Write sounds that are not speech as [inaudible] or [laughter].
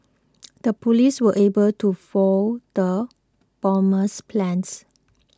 [noise] the police were able to foil the bomber's plans